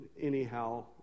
anyhow